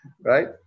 right